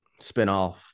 spinoff